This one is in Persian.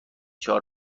چهار